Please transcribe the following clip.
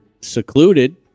secluded